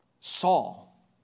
Saul